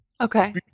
Okay